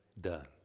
done